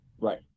Right